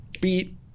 beat